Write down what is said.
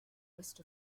rest